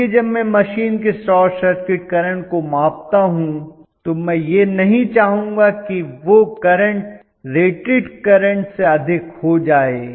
इसलिए जब मैं मशीन के शॉर्ट सर्किट करंट को मापता हूं तो मैं यह नहीं चाहूंगा कि वह करंट रेटेड करंट से अधिक हो जाए